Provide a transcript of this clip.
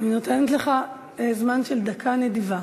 אני נותנת לך זמן של דקה נדיבה.